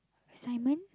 assignment